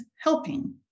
helping